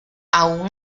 aun